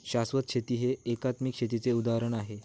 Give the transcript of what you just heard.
शाश्वत शेती हे एकात्मिक शेतीचे उदाहरण आहे